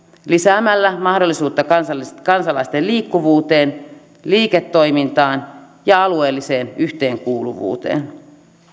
lisäämällä mahdollisuutta kansalaisten kansalaisten liikkuvuuteen liiketoimintaan ja alueelliseen yhteenkuuluvuuteen